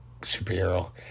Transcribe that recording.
superhero